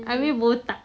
hampir botak